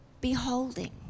beholding